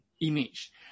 image